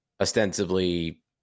ostensibly